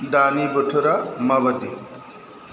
दानि बोथोरा माबादि